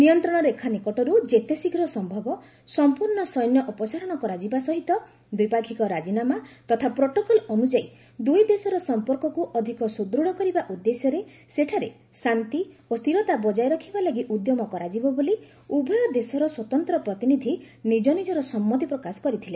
ନିୟନ୍ତ୍ରଣ ରେଖା ନିକଟରୁ ଯେତେ ଶୀଘ୍ର ସମ୍ଭବ ସମ୍ପର୍ଣ୍ଣ ସୈନ୍ୟ ଅପସାରଣ କରାଯିବା ସହିତ ଦ୍ୱିପାକ୍ଷିକ ରାଜିନାମା ତଥା ପ୍ରୋଟୋକଲ୍ ଅନୁଯାୟୀ ଦୁଇ ଦେଶର ସମ୍ପର୍କକୁ ଅଧିକ ସୁଦୃଢ଼ କରିବା ଉଦ୍ଦେଶ୍ୟରେ ସେଠାରେ ଶାନ୍ତି ଓ ସ୍ଥିରତା ବଜାୟ ରଖିବା ଲାଗି ଉଦ୍ୟମ କରାଯିବ ବୋଲି ଉଭୟ ଦେଶର ସ୍ୱତନ୍ତ୍ର ପ୍ରତିନିଧି ନିକ ନିଜର ସମ୍ମତି ପ୍ରକାଶ କରିଥିଲେ